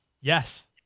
Yes